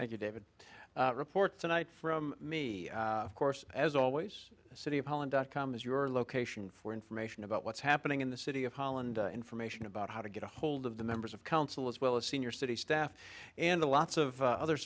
i report tonight from me of course as always the city of holland dot com is your location for information about what's happening in the city of holland information about how to get a hold of the members of council as well as senior city staff and a lots of other